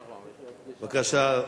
בבקשה,